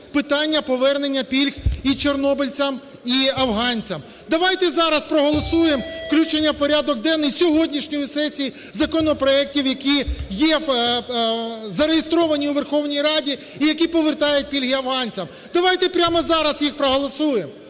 питання повернення пільг і чорнобильцям, і афганцям?". Давайте зараз проголосуємо включення в порядок денний сьогоднішньої сесії законопроектів, які є зареєстровані у Верховній Раді і, які повертають пільги афганцям. Давайте прямо зараз їх проголосуємо,